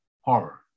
horror